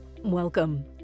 Welcome